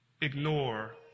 ignore